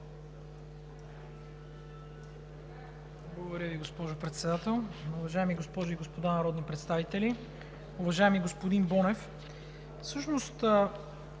Благодаря Ви, госпожо Председател. Уважаеми госпожи и господа народни представители! Уважаеми господин Ненков,